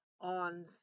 on